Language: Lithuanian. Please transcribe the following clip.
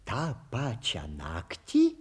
tą pačią naktį